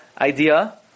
idea